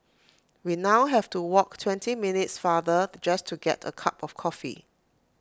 we now have to walk twenty minutes farther just to get A cup of coffee